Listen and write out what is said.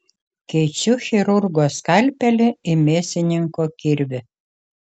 keičiu chirurgo skalpelį į mėsininko kirvį